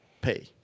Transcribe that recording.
pay